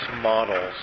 models